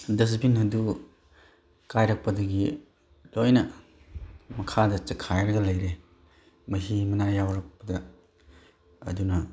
ꯗꯁꯕꯤꯟ ꯑꯗꯨ ꯀꯥꯏꯔꯛꯄꯗꯒꯤ ꯂꯣꯏꯅ ꯃꯈꯥꯗ ꯆꯛꯈꯥꯏꯔꯒ ꯂꯩꯔꯦ ꯃꯍꯤ ꯃꯅꯥꯏ ꯌꯥꯎꯔꯛꯄꯗ ꯑꯗꯨꯅ